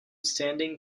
standing